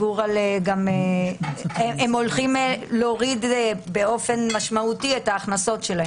הם הולכים להוריד באופן משמעותי את ההכנסות שלהם.